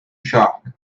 shark